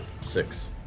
six